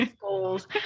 goals